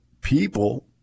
people